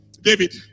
David